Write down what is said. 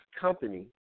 company